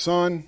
Son